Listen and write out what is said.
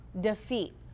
defeat